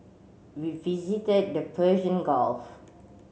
we visited the Persian Gulf